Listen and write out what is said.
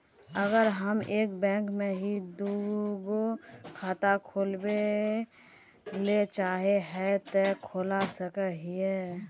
अगर हम एक बैंक में ही दुगो खाता खोलबे ले चाहे है ते खोला सके हिये?